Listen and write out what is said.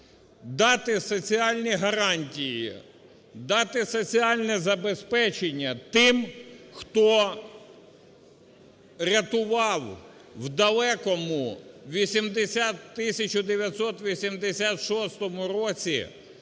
дати соціальні гарантії, дати соціальне забезпечення тим, хто рятував у далекому у 1986 році